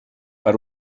per